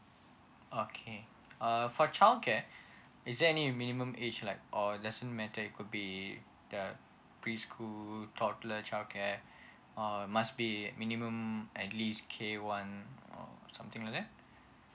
oh okay uh for child care is there any minimum age like or it doesn't matter it could be that preschool toddler childcare or must be minimum um at least k_one or something like that